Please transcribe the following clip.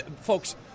Folks